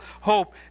hope